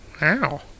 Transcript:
Wow